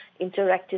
interactive